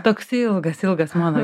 toks ilgas ilgas mano